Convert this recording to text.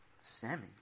Sammy